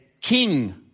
king